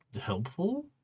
helpful